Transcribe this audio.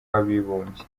w’abibumbye